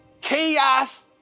Chaos